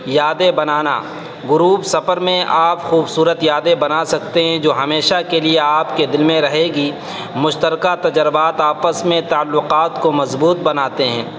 یادیں بنانا غروپ سفر میں آپ خوبصورت یادیں بنا سکتے ہیں جو ہمیشہ کے لیے آپ کے دل میں رہے گی مشترکہ تجربات آپس میں تعلقات کو مضبوط بناتے ہیں